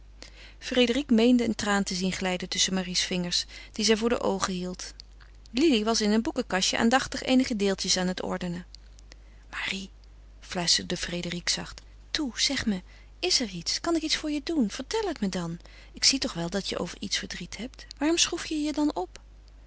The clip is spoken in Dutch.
frédérique meende een traan te zien glijden tusschen marie's vingers die zij voor de oogen hield lili was in een boekenkastje aandachtig eenige deeltjes aan het ordenen marie fluisterde frédérique zacht toe zeg me is er iets kan ik iets voor je doen vertel het me dan ik zie toch wel dat je over iets verdriet hebt waarom schroef je je dan op